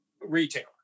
retailer